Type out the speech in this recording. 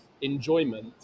enjoyment